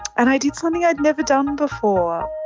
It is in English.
and i did something i'd never done before.